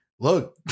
look